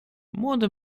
młody